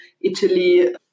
italy